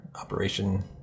Operation